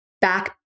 back